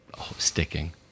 sticking